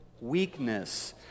weakness